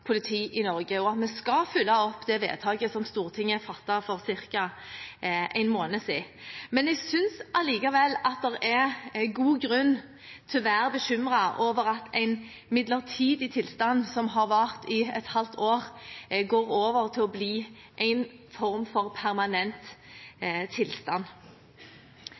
politi i Norge, og at vi skal følge opp det vedtaket som Stortinget fattet for ca. en måned siden. Men jeg synes allikevel det er god grunn til å være bekymret over at en midlertidig tilstand som har vart i et halvt år, går over til å bli en form for permanent tilstand.